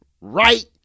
Right